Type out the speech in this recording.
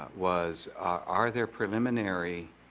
was, are there preliminary